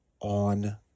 on